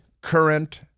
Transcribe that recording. current